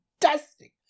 fantastic